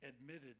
admitted